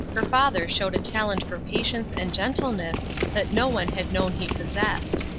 her father showed a talent for patience and gentleness that no one had known he possessed.